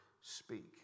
speak